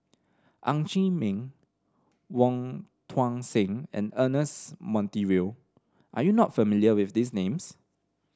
Ng Chee Meng Wong Tuang Seng and Ernest Monteiro are you not familiar with these names